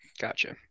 Gotcha